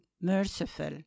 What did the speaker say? merciful